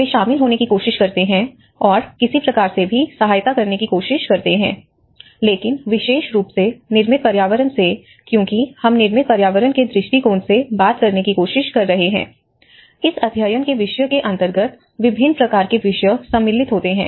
वे शामिल होने की कोशिश करते हैं और किसी प्रकार से भी सहायता करने की कोशिश करते हैं लेकिन विशेष रूप से निर्मित पर्यावरण से क्योंकि हम निर्मित पर्यावरण के दृष्टिकोण से बात करने की कोशिश कर रहे हैं इस अध्ययन के विषय के अंतर्गत विभिन्न प्रकार के विषय सम्मिलित होते हैं